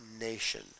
nation